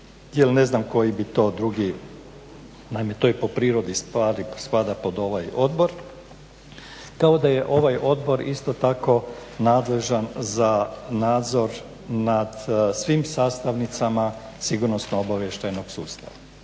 jel ne znam koji bi to drugi, naime to je po prirodi stvari spada pod ovaj odbor. Kao da je ovaj odbor isto tako nadležan za nadzor nad svim sastavnicama sigurnosno obavještajnog sustava.